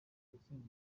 gutsinda